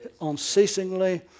unceasingly